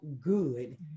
good